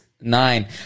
Nine